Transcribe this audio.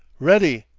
ready,